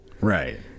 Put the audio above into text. Right